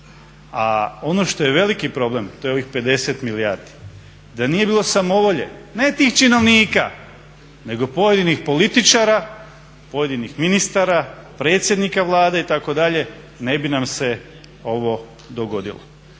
A ono što je veliki problem to je ovih 50 milijardi. Da nije bilo samovolje ne tih činovnika nego pojedinih političara, pojedinih ministara, predsjednika Vlade itd., ne bi nam se ovo dogodilo.